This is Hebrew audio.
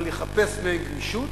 אבל לחפש בהם גמישות.